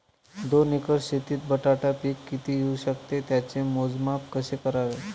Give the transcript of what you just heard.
दोन एकर शेतीत बटाटा पीक किती येवू शकते? त्याचे मोजमाप कसे करावे?